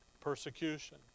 persecution